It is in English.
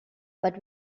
but